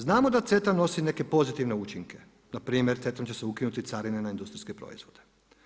Znamo da CETA nosi neke pozitivne učinke, npr. CETA-om će se ukinuti carine na industrijske proizvode.